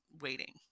waiting